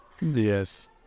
Yes